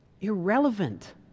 Irrelevant